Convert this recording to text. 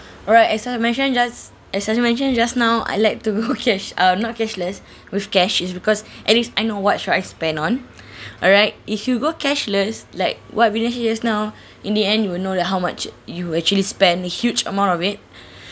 alright as I mention just as I mentioned just now I like to go cash uh not cashless with cash is because at least I know what should I spend on alright if you go cashless like what I've mentioned just now in the end you won't know that how much you actually spend huge amount of it